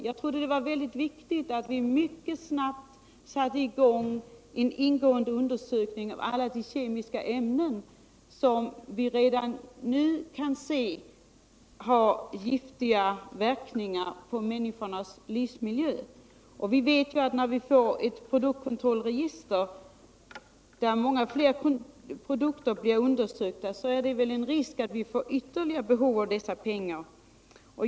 Jag trodde det var mycket viktigt att snabbt få i gång en ingående undersökning om alla de kemiska ämnen som vi redan nu kan se har giftiga verkningar på människornas livsmiljö. Vi vet att när vi får ett produktkontrollregister där många fler produkter blir undersökta, kommer det att behövas ytterligare pengar.